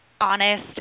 honest